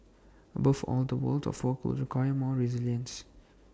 above all the world of work will require more resilience